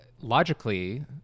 logically